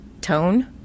tone